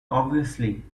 obviously